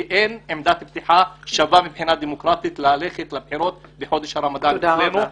כי אין עמדת פתיחה שווה בחודש הרמדאן אצלנו.